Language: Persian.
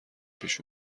پیش